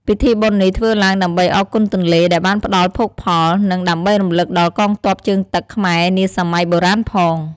ពិធីបុណ្យនេះធ្វើឡើងដើម្បីអរគុណទន្លេដែលបានផ្ដល់ភោគផល និងដើម្បីរំលឹកដល់កងទ័ពជើងទឹកខ្មែរនាសម័យបុរាណផង។